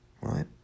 Right